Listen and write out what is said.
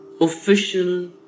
official